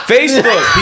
Facebook